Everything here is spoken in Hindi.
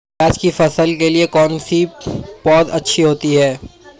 प्याज़ की फसल के लिए कौनसी पौद अच्छी होती है?